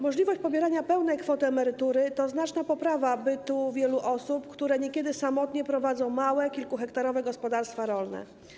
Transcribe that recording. Możliwość pobierania pełnej kwoty emerytury to znaczna poprawa bytu wielu osób, które niekiedy samotnie prowadzą małe kilkuhektarowe gospodarstwa rolne.